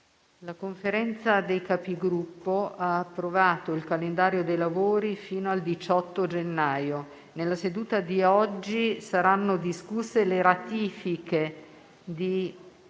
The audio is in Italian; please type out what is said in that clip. La Conferenza dei Capigruppo ha approvato il calendario dei lavori fino al 18 gennaio. Nella seduta di oggi saranno discusse le ratifiche di